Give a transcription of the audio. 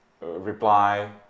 reply